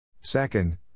Second